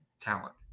talent